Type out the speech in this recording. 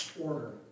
order